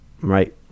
Right